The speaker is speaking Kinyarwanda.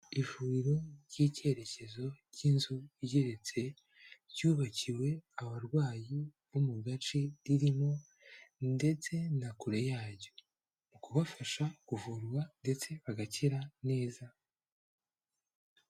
Ivuriro ry'icyerekezo ry'inzu igeretse ryubakiwe abarwayi bo mu gace irimo ndetse na kure yayo mu kubafasha kuvurwa ndetse bagakira neza.